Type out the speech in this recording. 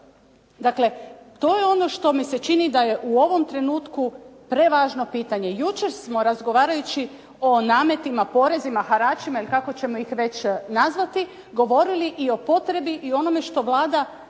Dakle, to je ono što mi se čini da je u ovom trenutku prevažno pitanje. Jučer smo razgovarajući o nametima porezima, haračima ili kako ćemo ih sve nazvati, govorili i o potrebi i o onome što Vlada